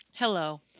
Hello